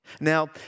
Now